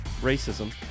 racism